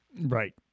right